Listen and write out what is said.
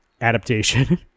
adaptation